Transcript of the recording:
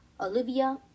Olivia